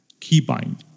keybind